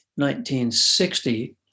1960